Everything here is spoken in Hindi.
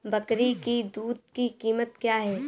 बकरी की दूध की कीमत क्या है?